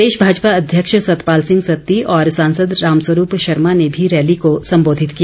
प्रदेश भाजपा अध्यक्ष सतपाल सिंह सत्ती और सांसद रामस्वरूप शर्मा ने भी रैली को सम्बोधित किया